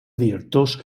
directors